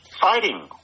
fighting